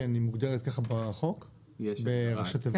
היא מוגדרת ככה בחוק בראשי תיבות?